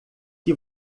que